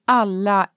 alla